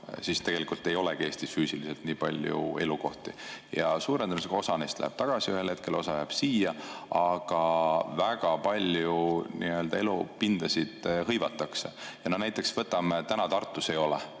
siis tegelikult ei olegi Eestis füüsiliselt nii palju elukohti. Suure tõenäosusega osa neist läheb tagasi ühel hetkel, osa jääb siia, aga väga palju nii-öelda elupindasid hõivatakse. Näiteks, täna Tartus ei ole